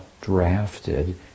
drafted